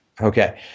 Okay